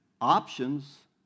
options